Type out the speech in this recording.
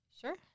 Sure